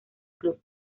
club